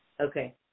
Okay